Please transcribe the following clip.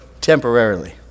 temporarily